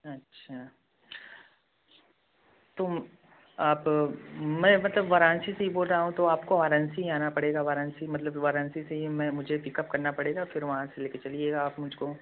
अच्छा तो आप मैं मतलब वाराणसी से ही बोल रहा हूँ तो आपको वाराणसी ही आना पड़ेगा वाराणसी मतलब वाराणसी से ही मैं मुझे पिक अप करना पड़ेगा फिर वहाँ से लेकर चलिएगा आप मुझको